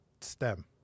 STEM